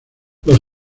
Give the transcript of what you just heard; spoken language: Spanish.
los